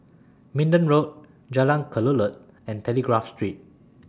Minden Road Jalan Kelulut and Telegraph Street